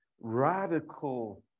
radical